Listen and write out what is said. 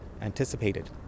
anticipated